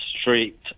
street